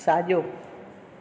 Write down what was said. साॼो